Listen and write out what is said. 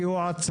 כי הוא עצמאי.